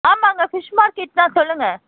ஆமாங்க fish market தான் சொல்லுங்கள்